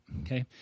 okay